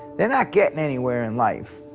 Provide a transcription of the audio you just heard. they're not getting anywhere in life.